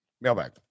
Mailbag